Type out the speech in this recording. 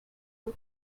how